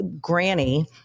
Granny